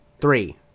three